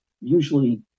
usually